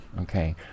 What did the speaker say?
Okay